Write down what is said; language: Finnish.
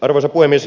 arvoisa puhemies